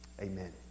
amen